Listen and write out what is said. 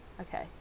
okay